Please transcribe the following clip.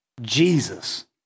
Jesus